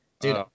Dude